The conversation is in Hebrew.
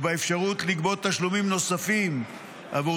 ובאפשרות לגבות תשלומים נוספים עבור